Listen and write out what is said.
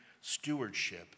stewardship